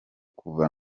kuva